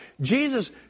Jesus